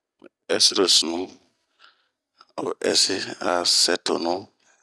Ɛsiro sunu, o ɛsi a sɛtonu.